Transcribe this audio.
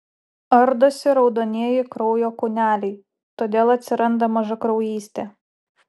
ardosi raudonieji kraujo kūneliai todėl atsiranda mažakraujystė